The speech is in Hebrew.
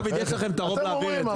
דוד, יש לכם את הרוב להעביר את זה.